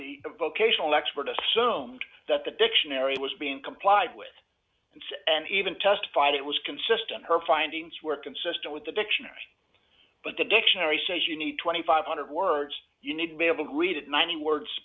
the vocational expert assumed that the dictionary was being complied with and even testified it was consistent her findings were consistent with the dictionary but the dictionary says you need two thousand five hundred dollars words you need to be able to read it ninety words